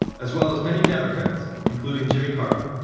as well as many democrats, including jimmy carter.